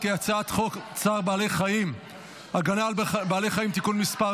חוק צער בעלי חיים (הגנה על בעלי חיים) (תיקון מס'